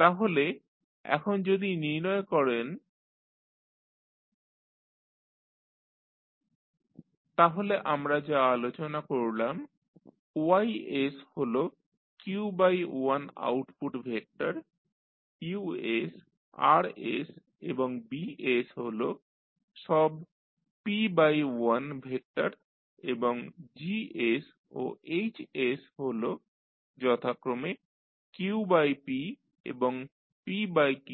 তাহলে এখন যদি নির্ণয় করেন YsGsUs UsRs Bs BsHsYs তাহলে আমরা যা আলোচনা করলাম Y হল q×1 আউটপুট ভেক্টর UR এবং B হল সব p×1 ভেক্টর এবং G ও H হল যথাক্রমে q×p এবং p×q